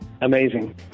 Amazing